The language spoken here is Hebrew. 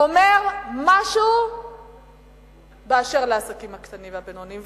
אומר משהו באשר לעסקים הקטנים והבינוניים.